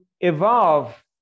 evolve